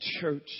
church